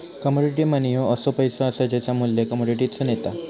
commodity money ह्यो असो पैसो असा ज्याचा मू्ल्य कमोडिटीतसून येता